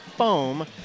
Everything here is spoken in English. Foam